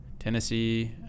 Tennessee